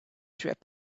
through